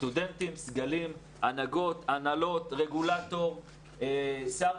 סטודנטים, סגלים, הנהגות, הנהלות, רגולטור, שר.